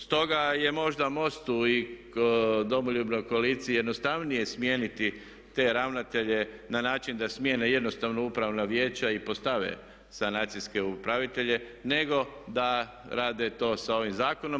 Stoga je možda MOST-u i Domoljubnoj koaliciji jednostavnije smijeniti te ravnatelje na način da smijene jednostavno upravna vijeća i postave sanacijske upravitelje nego da rade to sa ovim zakonom.